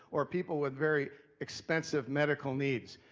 or people with very expensive medical needs.